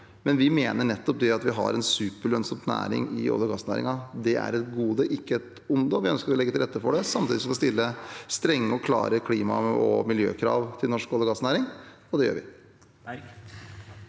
men vi mener at det at vi har en superlønnsom næring i olje- og gassnæringen, er et gode, ikke et onde. Vi ønsker å legge til rette for det samtidig som vi skal stille strenge og klare klima- og miljøkrav til norsk olje- og gassnæring – og det gjør vi.